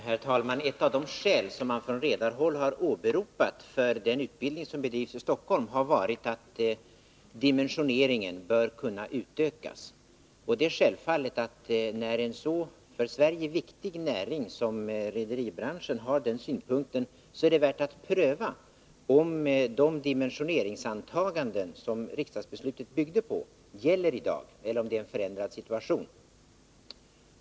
Herr talman! Ett av de skäl som man från redarhåll har åberopat för den utbildning som bedrivs i Stockholm är att dimensioneringen bör kunna utökas. Och när en för Sverige så viktig näring som rederibranschen har den synpunkten är det självfallet värt att pröva om de dimensioneringsantaganden som riksdagsbeslutet byggde på gäller i dag, eller om det är en förändrad situation.